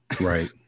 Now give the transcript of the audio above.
Right